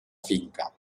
finca